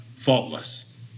Faultless